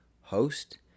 host